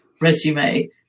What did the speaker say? resume